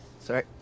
Sorry